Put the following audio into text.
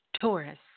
Taurus